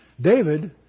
David